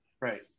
Right